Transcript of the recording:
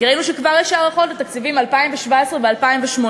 כי ראינו שכבר יש הארכות לתקציבים 2017 ו-2018.